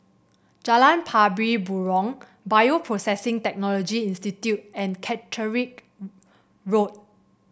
Jalan Pari Burong Bioprocessing Technology Institute and Catterick Road